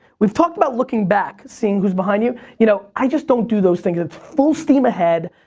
we've talked about looking back, seeing who's behind you. you know i just don't do those things. it's full steam ahead.